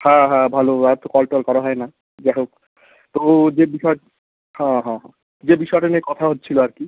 হ্যাঁ হ্যাঁ ভালো আর তো কল টল করা হয় না যা হোক তবু যে বিষয়টা হাঁ হাঁ হাঁ যে বিষয়টা নিয়ে কথা হচ্ছিল আর কি